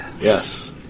Yes